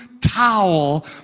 towel